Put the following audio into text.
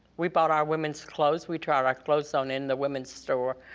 we bought our women's clothes, we tried our clothes on in the women's store,